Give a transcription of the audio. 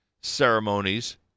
ceremonies